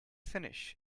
finish